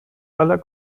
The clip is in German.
aller